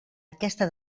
aquesta